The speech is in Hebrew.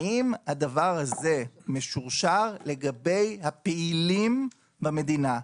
האם הדבר הזה משורשר לגבי הפעילים במדינה?